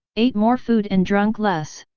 ate more food and drunk less.